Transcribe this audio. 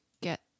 get